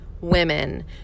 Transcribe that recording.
women